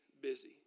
busy